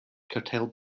curtailed